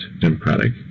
democratic